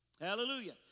Hallelujah